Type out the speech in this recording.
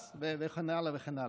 אננס, וכן הלאה וכן הלאה.